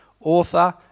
author